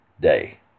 day